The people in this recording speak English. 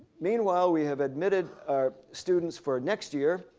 meanwhile, we have admitted our students for next year,